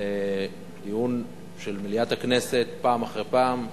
בדיון של מליאת הכנסת פעם אחרי פעם,